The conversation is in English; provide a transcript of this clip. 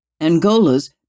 Angola's